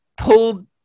pulled